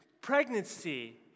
pregnancy